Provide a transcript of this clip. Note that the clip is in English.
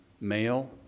male